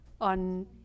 on